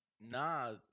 Nah